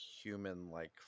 human-like